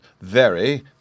very